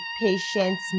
patience